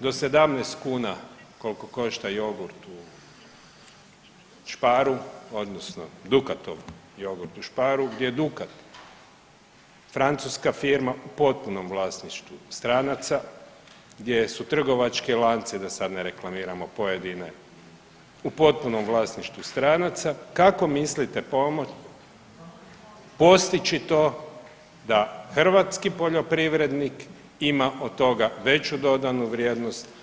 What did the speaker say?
do 17 kuna koliko košta jogurt u Sparu odnosno Dukatov jogurt u Sparu gdje je Dukat francuska firma u potpunom vlasništvu stranaca, gdje su trgovački lanci da sa ne reklamiramo pojedine u potpunom vlasništvu stranaca kako mislite postići to da hrvatski poljoprivrednik ima od toga veću dodanu vrijednost?